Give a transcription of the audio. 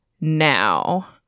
now